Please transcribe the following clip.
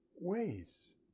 ways